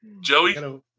Joey